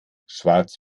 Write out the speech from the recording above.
schwarz